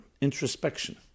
introspection